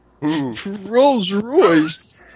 Rolls-Royce